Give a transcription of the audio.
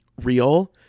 real